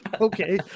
Okay